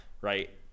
right